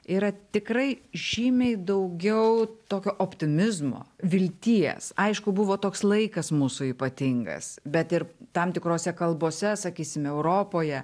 yra tikrai žymiai daugiau tokio optimizmo vilties aišku buvo toks laikas mūsų ypatingas bet ir tam tikrose kalbose sakysime europoje